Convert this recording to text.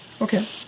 Okay